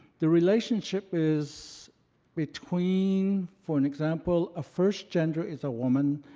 the relationship is between, for an example, a first gender, is a woman,